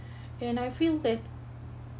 and I feel that